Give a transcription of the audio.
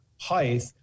height